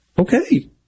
Okay